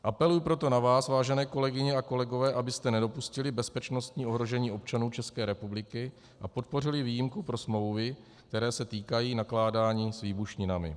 Apeluji proto na vás, vážené kolegyně a kolegové, abyste nedopustili bezpečnostní ohrožení občanů České republiky a podpořili výjimku pro smlouvy, které se týkají nakládání s výbušninami.